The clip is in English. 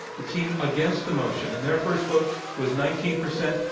the team against the motion, and their first vote was nineteen percent.